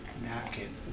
napkin